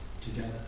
together